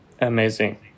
Amazing